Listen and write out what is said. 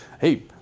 Hey